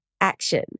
action